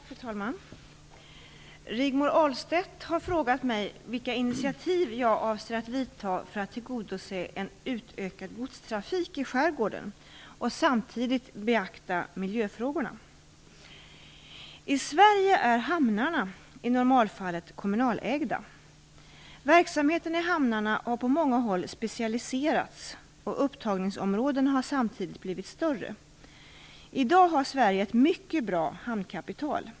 Fru talman! Rigmor Ahlstedt har frågat mig vilka initiativ jag avser att vidta för att tillgodose en utökad godstrafik i skärgården och samtidigt beakta miljöfrågorna. I Sverige är hamnarna i normalfallet kommunalägda. Verksamheten i hamnarna har på många håll specialiserats, och upptagningsområdena har samtidigt blivit större. I dag har Sverige ett mycket bra hamnkapital.